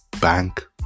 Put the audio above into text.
Bank